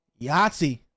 Yahtzee